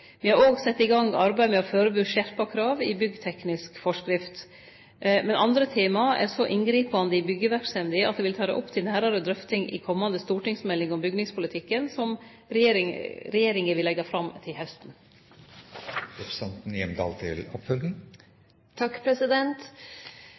Me har òg sett i gang arbeid med å førebu skjerpa krav i byggteknisk forskrift. Men andre tema er så inngripande i byggjeverksemda at eg vil ta dei opp til nærare drøfting i komande stortingsmelding om bygningspolitikken som regjeringa vil leggje fram til hausten. Man sier at 40 pst. av all energi brukes i